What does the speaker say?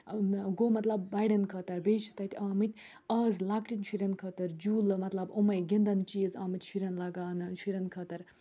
گوٚو مطلب بَڑٮ۪ن خٲطر بیٚیہِ چھِ تَتہِ آمٕتۍ آز لۄکٹٮ۪ن شُرٮ۪ن خٲطر جوٗلہٕ مطلب یِمَے گِندَن چیٖز آمٕتۍ شُرٮ۪ن لَگان شُرٮ۪ن خٲطر